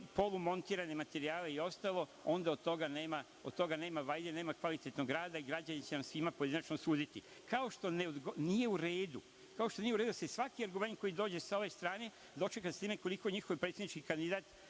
polumontirane materijale i ostalo, onda od toga nema vajde, nema kvalitetnog rada i građani će vam svima pojedinačno suditi. Kao što nije u redu da se svaki argument koji dođe sa ove strane dočeka sa time koliko njihov predsednički kandidat